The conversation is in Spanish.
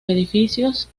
edificios